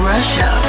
Russia